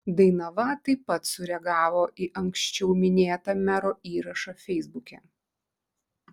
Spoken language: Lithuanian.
dainava taip pat sureagavo į anksčiau minėtą mero įrašą feisbuke